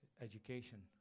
education